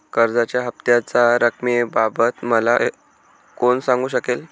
कर्जाच्या हफ्त्याच्या रक्कमेबाबत मला कोण सांगू शकेल?